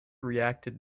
reacted